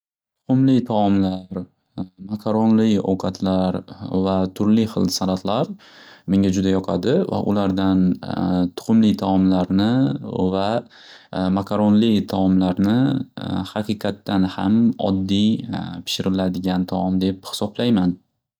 Tuxumli taomlar maqaronli ovqatlar va turli xil salatlar menga juda yoqadi va ulardan tuxumli taomlarni va maqaronli taomlarni haqiqatdan ham oddiy pishiriladigan taom deb xisoblayman.